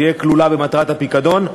יכללו במטרות הפיקדון.